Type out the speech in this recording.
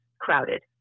Crowded